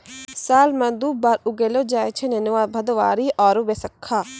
साल मॅ दु बार उगैलो जाय छै नेनुआ, भदबारी आरो बैसक्खा